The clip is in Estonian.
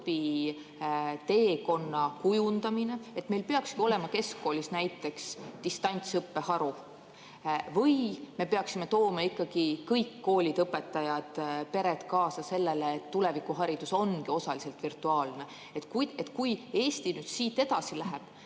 õpiteekonna kujundamine, et meil peakski olema keskkoolis näiteks distantsõppeharu, või me peaksime tooma ikkagi kõik koolid, õpetajad, pered kaasa sellega, et tulevikuharidus olekski osaliselt virtuaalne? Kui Eesti nüüd siit edasi läheb,